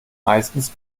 meistens